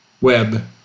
web